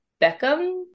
Beckham